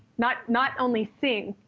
not not only sing.